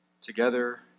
together